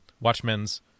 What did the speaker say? Watchmen's